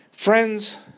Friends